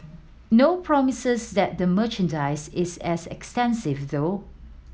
no promises that the merchandise is as extensive though